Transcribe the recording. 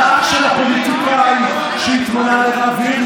על האח של הפוליטיקאי שהתמנה לרב עיר.